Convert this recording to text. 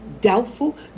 doubtful